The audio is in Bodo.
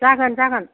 जागोन जागोन